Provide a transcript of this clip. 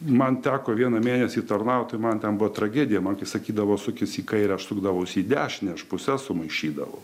man teko vieną mėnesį tarnauti tai man ten buvo tragedija man kai sakydavo sukis į kairę aš sukdavausi į dešinę aš puses sumaišydavau